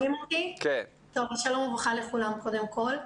שלום וברכה לכולם קודם כל.